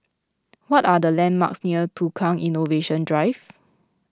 what are the landmarks near Tukang Innovation Drive